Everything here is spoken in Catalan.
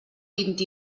vint